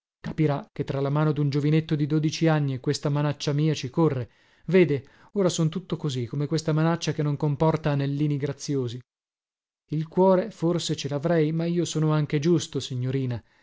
capirà che tra la mano dun giovinetto di dodici anni e questa manaccia mia ci corre vede ora son tutto così come questa manaccia che non comporta anellini graziosi il cuore forse ce lavrei ma io sono anche giusto signorina